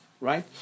right